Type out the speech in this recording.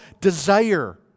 desire